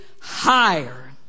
higher